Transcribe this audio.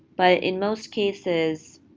but in most cases,